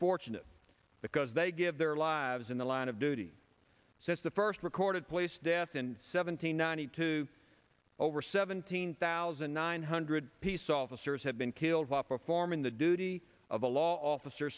fortunate because they give their lives in the line of duty since the first record of place death and seventeen ninety two over seventeen thousand nine hundred peace officers have been killed while performing the duty of a law office